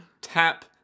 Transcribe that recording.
Tap